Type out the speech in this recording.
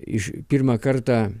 iš pirmą kartą